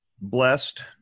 blessed